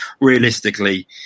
realistically